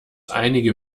einige